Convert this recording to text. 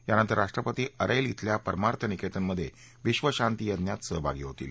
यानंतर राष्ट्रपती अरस्ता झेल्या परमार्थ निकेतन मध्ये विक्ष शांती यज्ञात सहभागी होतील